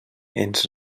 ens